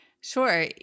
Sure